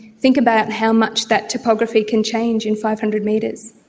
think about how much that typography can change in five hundred metres.